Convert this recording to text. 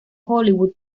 hollywood